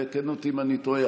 תקן אותי אם אני טועה,